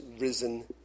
risen